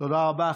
תודה רבה.